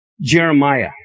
Jeremiah